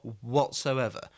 whatsoever